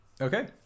Okay